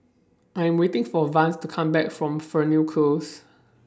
I Am waiting For Vance to Come Back from Fernhill Close